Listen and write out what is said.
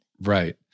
Right